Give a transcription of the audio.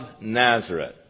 Nazareth